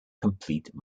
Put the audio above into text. complete